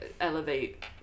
elevate